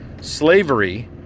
slavery